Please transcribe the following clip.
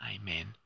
Amen